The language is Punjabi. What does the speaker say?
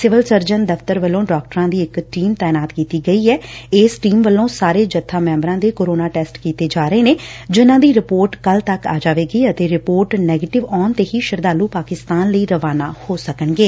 ਸਿਵਲ ਸਰਜਨ ਦਫਤਰ ਵਲੋ ਡਾਕਟਰਾਂ ਦੀ ਇਕ ਟੀਮ ਤਾਇਨਾਤ ਕੀਤੀ ਗਈ ਏ ਇਸ ਟੀਮ ਵਲੋਂ ਸਾਰੇ ਜਬਾ ਮੈਂਬਰਾਂ ਦੇ ਕੋਰੋਨਾ ਟੈਸਟ ਕੀਤੇ ਜਾ ਰਹੇ ਨੇ ਜਿਨਾਂ ਦੀ ਰਿਪੋਰਟ ਕੱਲੂ ਤੱਕ ਆ ਜਾਵੇਗੀ ਅਤੇ ਰਿਪੋਰਟ ਨੈਗੇਟਿਵ ਆਉਣ ਤੇ ਹੀ ਸ਼ਰਧਾਲੂ ਪਾਕਿਸਤਾਨ ਲਈ ਰਵਾਨਾ ਹੋ ਸਕਣਗੇ